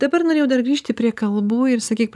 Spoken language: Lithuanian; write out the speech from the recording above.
dabar norėjau dar grįžti prie kalbų ir sakyk